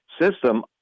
system